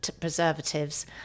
preservatives